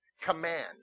command